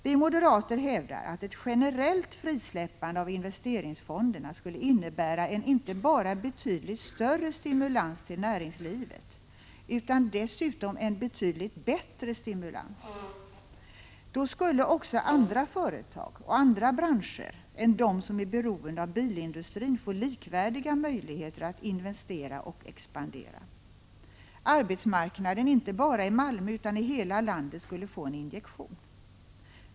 Vi moderater hävdar att ett generellt frisläppande av investeringsfonderna skulle innebära inte bara en betydligt större stimulans till näringslivet utan dessutom en betydligt bättre stimulans. Då skulle också andra företag och andra branscher än de som är beroende av bilindustrin få likvärdiga möjligheter att investera och expandera. Arbetsmarknaden inte bara i Malmö utan i hela landet skulle få en injektion.